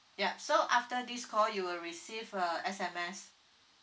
yup so after this call you will receive a S_M_S